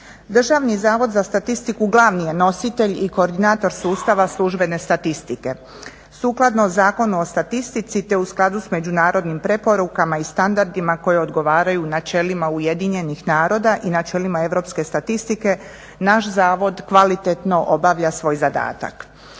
Državni zavod za statistiku glavni je nositelj i koordinator sustava službene statistike. Sukladno Zakonu o statistici te u skladu s međunarodnim preporukama i standardima koji odgovaraju načelima UN-a i načelima Europske statistike naš zavod kvalitetno obavlja svoj zadatak.